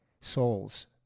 souls